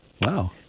Wow